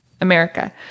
America